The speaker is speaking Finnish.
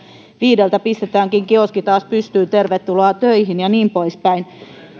viideltä pistetäänkin kioski taas pystyyn tervetuloa töihin ja niin pois päin